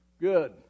Good